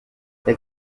elle